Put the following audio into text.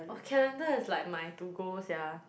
oh calendar is like my to go sia